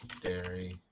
dairy